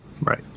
Right